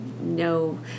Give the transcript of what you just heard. no